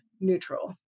neutral